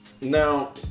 Now